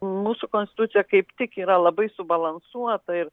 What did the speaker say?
mūsų konstitucija kaip tik yra labai subalansuota ir